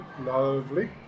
Lovely